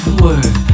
word